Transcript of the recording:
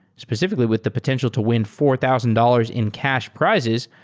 specifically with the potential to win four thousand dollars in cash prizes,